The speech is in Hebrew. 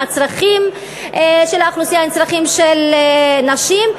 הצרכים של האוכלוסייה הם צרכים של נשים.